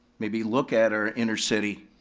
maybe look at our inner city.